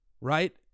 right